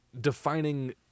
defining